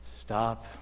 Stop